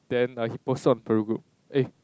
then like he posted on Peru group eh